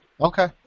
Okay